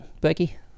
Becky